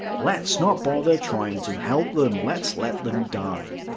let's not bother trying to help them. let's let them die.